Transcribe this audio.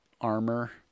armor